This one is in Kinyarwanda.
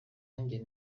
njye